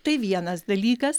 tai vienas dalykas